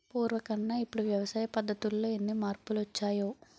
పూర్వకన్నా ఇప్పుడు వ్యవసాయ పద్ధతుల్లో ఎన్ని మార్పులొచ్చాయో